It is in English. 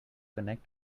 connect